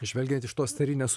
žvelgiant iš tos carinės